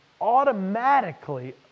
automatically